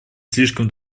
слишком